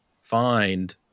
find